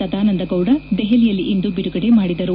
ಸದಾನಂದಗೌಡ ದೆಹಲಿಯಲ್ಲಿ ಇಂದು ಬಿಡುಗಡೆ ಮಾಡಿದರು